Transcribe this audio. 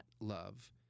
love